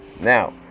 now